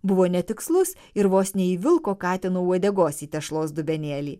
buvo netikslus ir vos neįvilko katino uodegos tešlos dubenėlį